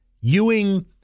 Ewing